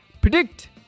predict